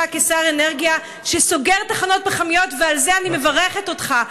כשר אנרגיה שסוגר תחנות פחמיות ועל זה אני מברכת אותך.